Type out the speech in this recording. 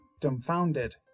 dumbfounded